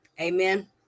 Amen